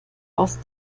aus